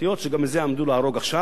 וגם את זה עמדו להרוג עכשיו.